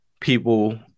people